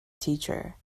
teacher